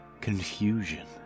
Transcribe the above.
Confusion